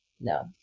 no